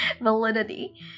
validity